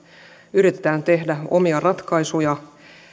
yritetään tehdä omia ratkaisuja